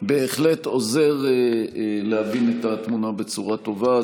עוזר להבין את התמונה בצורה טובה,